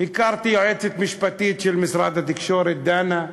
הכרתי יועצת משפטית של משרד התקשורת, דנה,